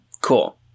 Cool